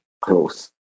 close